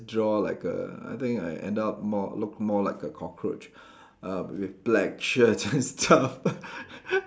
draw like a I think I ended up more look more like a cockroach uh with black shirts and stuff